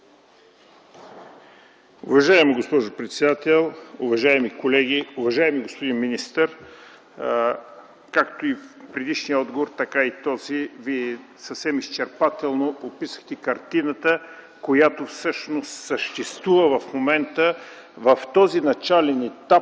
Уважаема госпожо председател, уважаеми колеги, уважаеми господин министър! Както и в предишния отговор, така и в този, Вие съвсем изчерпателно описахте картината, която всъщност съществува в момента в този начален етап,